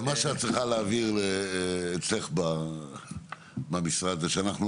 אז מה שאת צריכה להבהיר אצלך במשרד זה שאנחנו